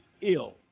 ill